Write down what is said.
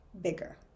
bigger